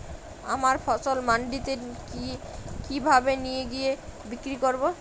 আমার ফসল মান্ডিতে কিভাবে নিয়ে গিয়ে বিক্রি করব?